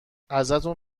ازتون